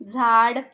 झाड